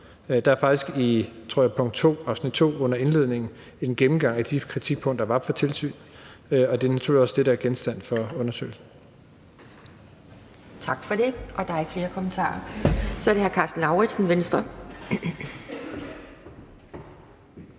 Der er faktisk, tror jeg, under punkt 2 under indledningen en gennemgang af de kritikpunkter, der var fra tilsynet, og det er naturligvis også det, der er genstand for undersøgelsen.